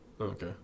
Okay